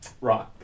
right